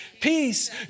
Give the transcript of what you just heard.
peace